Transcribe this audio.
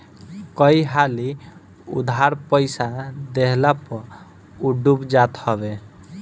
कई हाली उधार पईसा देहला पअ उ डूब जात हवे